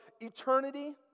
eternity